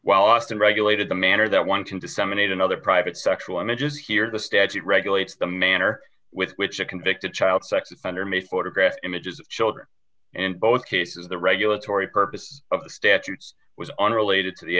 while often regulated the manner that one can disseminate another private sexual images here the statute regulates the manner with which a convicted child sex offender may photograph images of children and both cases the regulatory purpose of the statutes was unrelated to the